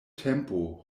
tempo